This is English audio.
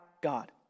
God